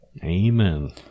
Amen